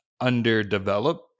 underdeveloped